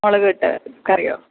മുളകിട്ട കറിയോ